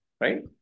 right